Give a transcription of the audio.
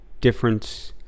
difference